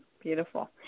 Beautiful